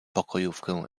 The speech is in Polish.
pokojówkę